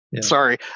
Sorry